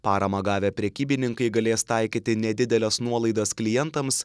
paramą gavę prekybininkai galės taikyti nedideles nuolaidas klientams